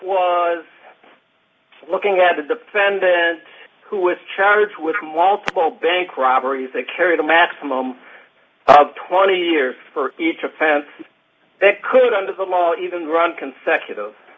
was looking at the defendant who is charged with multiple bank robberies that carries a maximum of twenty years for each offense that could under the law even run consecutive